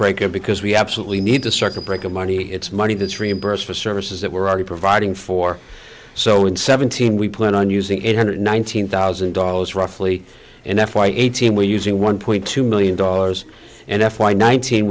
breaker because we absolutely need the circuit breaker money it's money that's reimburse for services that we're already providing for so in seventeen we plan on using eight hundred nineteen thousand dollars roughly in f y eighteen we using one point two million dollars and f y nineteen